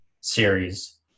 series